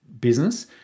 business